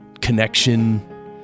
connection